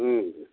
ಹ್ಞೂ ರೀ